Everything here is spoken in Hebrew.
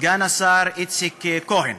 סגן השר איציק כהן.